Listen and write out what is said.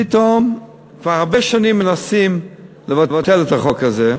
כבר הרבה שנים מנסים לבטל את החוק הזה,